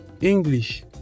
English